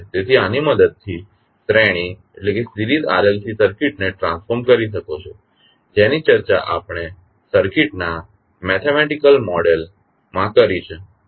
તેથી આની મદદથી તમે શ્રેણી RLC સર્કિટને ટ્રાંસફોર્મ કરી શકો છો જેની ચર્ચા આપણે સર્કિટ ના મેથેમેટિકલ મોડેલ માં કરી છે